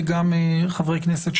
וגם חברי כנסת,